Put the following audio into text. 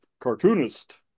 cartoonist